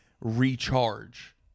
recharge